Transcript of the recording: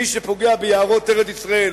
מי שפוגע ביערות ארץ-ישראל,